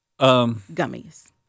gummies